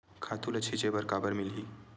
खातु ल छिंचे बर काबर मिलही?